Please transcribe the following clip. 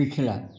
पिछला